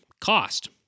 cost